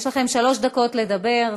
יש לכם שלוש דקות לדבר.